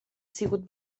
sigut